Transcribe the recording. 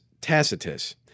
Tacitus